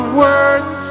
words